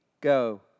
go